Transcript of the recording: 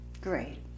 Great